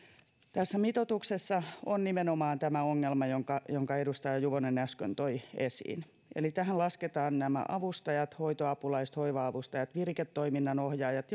tässä mitoituksessa on nimenomaan tämä ongelma jonka jonka edustaja juvonen äsken toi esiin eli tähän lasketaan avustajat hoitoapulaiset hoiva avustajat viriketoiminnan ohjaajat